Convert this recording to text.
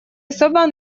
особо